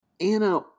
Anna